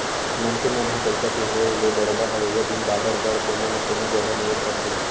मनखे मन ह पइसा के होय ले बरोबर अवइया दिन बादर बर कोनो न कोनो जघा निवेस करथे